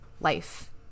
life